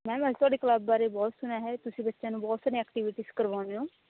ma'am ਅਸੀਂ ਤੁਹਾਡੇ club ਬਾਰੇ ਬਹੁਤ ਸੁਣਿਆ ਹੈ ਤੁਸੀਂ ਬੱਚਿਆਂ ਨੂੰ ਬਹੁਤ ਸੋਹਣੇ ਐਕਟੀਵਿਟੀਜ਼ ਕਰਵਾਉਂਦੇ ਹੋ